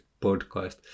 podcast